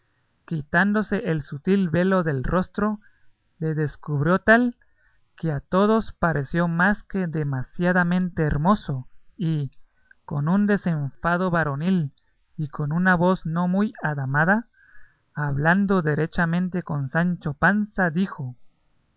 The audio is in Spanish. quitándose el sutil velo del rostro le descubrió tal que a todos pareció mas que demasiadamente hermoso y con un desenfado varonil y con una voz no muy adamada hablando derechamente con sancho panza dijo